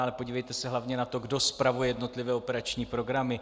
Ale podívejte se hlavně na to, kdo spravuje jednotlivé operační programy.